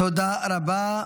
תודה רבה.